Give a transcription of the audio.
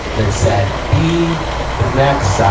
that said be the next, ah,